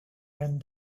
done